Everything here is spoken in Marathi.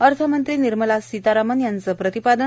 अर्थमंत्री निर्मला सीतारामण् यांचं प्रतिपादन